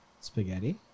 Spaghetti